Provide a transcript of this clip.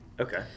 Okay